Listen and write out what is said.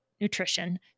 nutrition